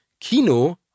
Kino